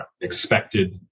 expected